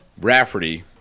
Rafferty